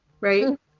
right